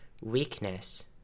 weakness